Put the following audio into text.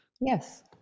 yes